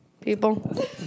people